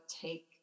take